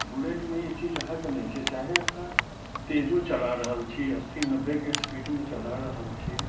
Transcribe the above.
बुलेटमे ई चीज अहाँके नहि छै चाहे अहाँ तेजो चला रहल छी अस्सी नब्बेके स्पीडमे चला रहल छी